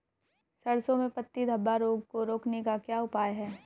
सरसों में पत्ती धब्बा रोग को रोकने का क्या उपाय है?